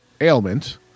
ailment